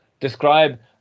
describe